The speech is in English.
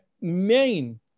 main